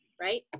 right